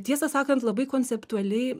tiesą sakant labai konceptualiai